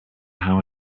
how